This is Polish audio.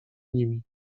nimi